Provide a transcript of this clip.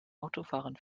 autofahrern